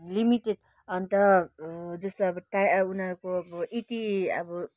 limited अन्त जस्तो अब टा उनीहरूको अब यति अब